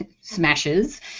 smashes